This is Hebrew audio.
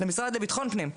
למשרד לביטחון פנים,